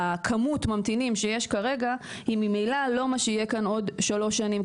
הכמות ממתינים שיש כרגע היא ממלא לא מה שיהיה כאן עוד שלוש שנים,